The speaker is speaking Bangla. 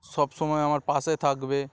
সবসময় আমার পাশে থাকবে